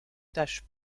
tache